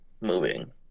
moving